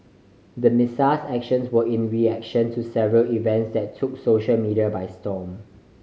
the Messiah's actions were in reaction to several events that took social media by storm